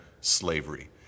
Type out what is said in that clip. slavery